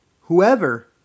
whoever